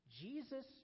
Jesus